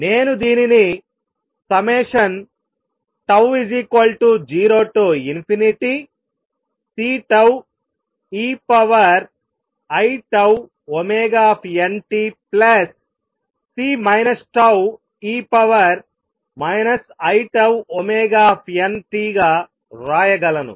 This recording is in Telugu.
నేను దీనిని τ0CeiτωtC τe iτωt గా వ్రాయగలను